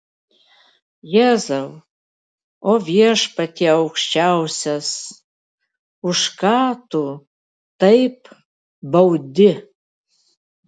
jėzau o viešpatie aukščiausias už ką tu taip baudi